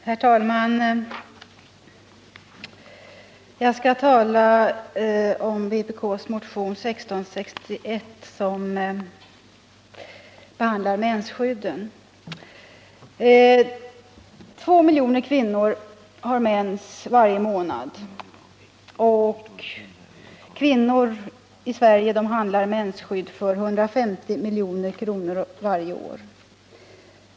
Herr talman! Jag skall tala om vpk:s motion 1661, som behandlar mensskydd. 2 miljoner kvinnor i Sverige har mens varje månad och handlar mensskydd för 150 milj.kr. varje år.